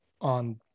on